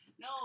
No